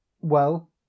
Well